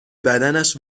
بدنش